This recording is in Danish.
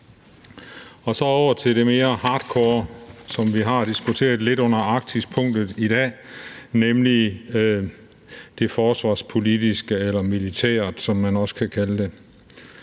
Så over til det mere hard core, som vi har diskuteret lidt under punktet om Arktis i dag, nemlig det forsvarspolitiske eller militære, som man også kan kalde det.